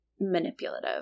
manipulative